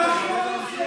על מה את מדברת?